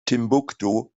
timbuktu